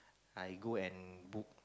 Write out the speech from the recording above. I go and book